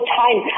time